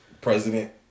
president